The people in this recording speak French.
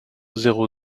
zéro